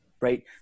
Right